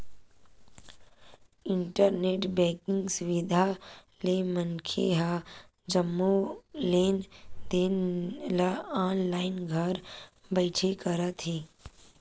internet banking सुबिधा ले मनखे ह जम्मो लेन देन ल ऑनलाईन घर बइठे करत हे